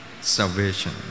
Salvation